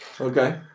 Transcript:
okay